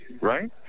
right